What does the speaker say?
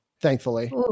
thankfully